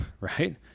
right